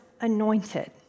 anointed